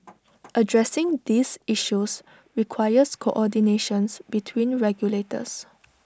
addressing these issues requires coordinations between regulators